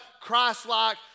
Christ-like